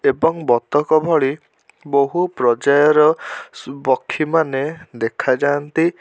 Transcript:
ଏବଂ ବତକ ଭଳି ବହୁ ପ୍ରଜାତିର ପକ୍ଷୀମାନେ ଦେଖାଯାଆନ୍ତି